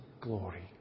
glory